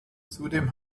zudem